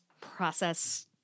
process